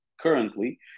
currently